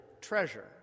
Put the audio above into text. treasure